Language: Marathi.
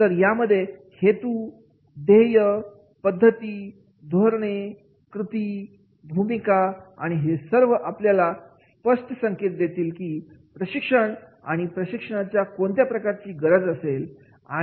तर यामध्ये हेतू ध्येय पद्धती धोरणे कृती भूमिका आणि हे सर्व आपल्याला स्पष्ट संकेत देतील की प्रशिक्षण आणि प्रशिक्षणाच्या कोणत्या प्रकारची गरज असेल